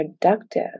productive